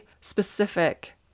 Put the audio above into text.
specific